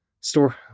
store